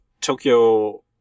Tokyo